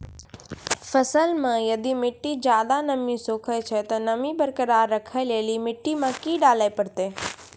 फसल मे यदि मिट्टी ज्यादा नमी सोखे छै ते नमी बरकरार रखे लेली मिट्टी मे की डाले परतै?